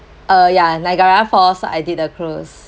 uh ya niagara falls I did a cruise